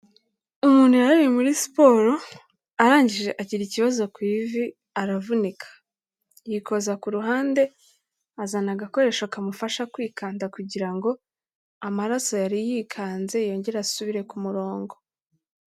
Umuntu yari ari muri siporo arangije agira ikibazo ku ivi aravunika, yikoza ku ruhande azana agakoresho kamufasha kwikanda kugira ngo amaraso yari yikanze yongere asubire ku murongo.